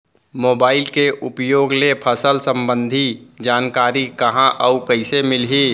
Mobile के उपयोग ले फसल सम्बन्धी जानकारी कहाँ अऊ कइसे मिलही?